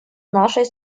нашей